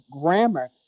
grammar